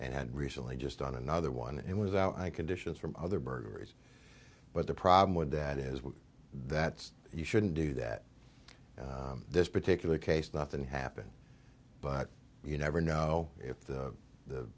and had recently just done another one and was out i conditions from other burglaries but the problem with that is that you shouldn't do that this particular case nothing happened but you never know if the